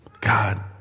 God